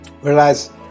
whereas